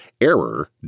error